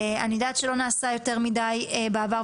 אני יודעת שלא נעשה יותר מדי בעבר,